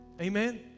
amen